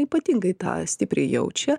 ypatingai tą stipriai jaučia